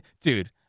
dude